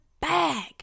bag